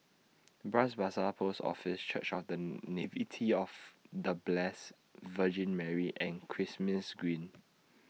Bras Basah Post Office Church of The of The Blessed Virgin Mary and Kismis Green